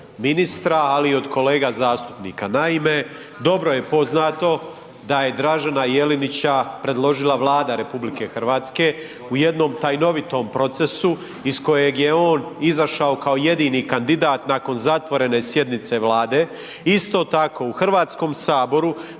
ministra, ali i od kolega zastupnika. Naime, dobro je poznato da je Dražena Jelinića predložila Vlada RH u jednom tajnovitom procesu iz kojeg je on izašao kao jedini kandidat nakon zatvorene sjednice Vlade. Isto tako u Hrvatskom saboru